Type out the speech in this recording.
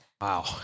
Wow